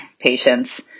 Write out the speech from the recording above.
patients